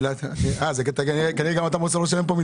חשוב לומר לו.